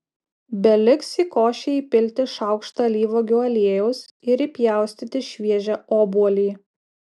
beliks į košę įpilti šaukštą alyvuogių aliejaus ir įpjaustyti šviežią obuolį